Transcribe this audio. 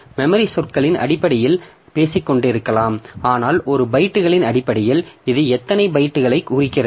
memory சொற்களின் அடிப்படையில் பேசிக்கொண்டிருக்கலாம் ஆனால் ஒரு பைட்டுகளின் அடிப்படையில் இது எத்தனை பைட்டுகளைக் குறிக்கிறது